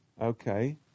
okay